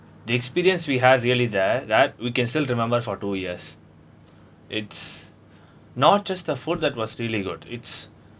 the experience we have really there that we can still remember for two years it's not just the food that was really good it's